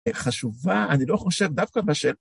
חשובה, אני לא חושב דווקא בשל...